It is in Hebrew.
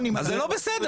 אז זה לא בסדר.